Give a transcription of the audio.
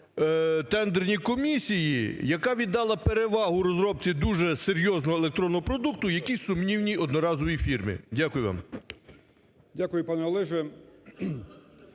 тендерній комісії, яка віддала перевагу розробці дуже серйозного електронного продукту, якійсь сумнівній одноразовій фірмі? Дякую вам. 13:24:02